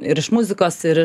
ir iš muzikos ir